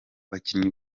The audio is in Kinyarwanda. bakinnyi